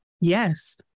Yes